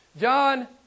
John